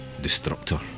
Destructor